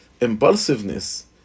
impulsiveness